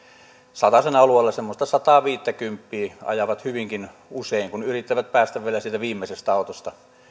satasen alueella semmoista sataaviittäkymppiä ajavat hyvinkin usein kun yrittävät päästä vielä siitä viimeisestä autosta